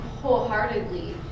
wholeheartedly